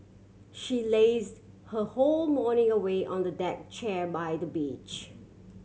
she lazed her whole morning away on the deck chair by the beach